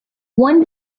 one